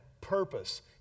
purpose